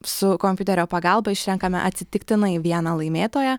su kompiuterio pagalba išrenkame atsitiktinai vieną laimėtoją